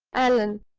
allan!